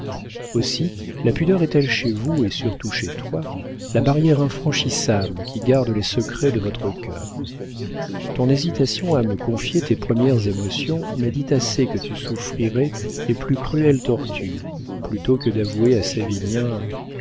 aussi la pudeur est-elle chez vous et surtout chez toi la barrière infranchissable qui garde les secrets de votre cœur ton hésitation à me confier tes premières émotions m'a dit assez que tu souffrirais les plus cruelles tortures plutôt que d'avouer à